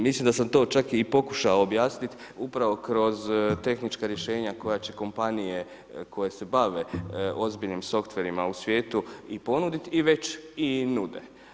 Mislim da sam to čak i pokušao objasniti upravo kroz tehnička rješenja koja će kompanije koje se bave ozbiljnim softverima u svijetu i ponuditi i već i nude.